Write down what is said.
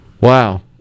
wow